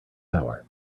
power